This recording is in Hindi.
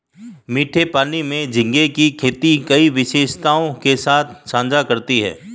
मीठे पानी में झींगे की खेती कई विशेषताओं के साथ साझा करती है